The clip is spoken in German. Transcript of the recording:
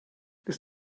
ist